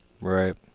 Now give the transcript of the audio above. Right